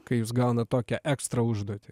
kai jūs gaunat tokią ekstra užduotį